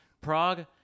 Prague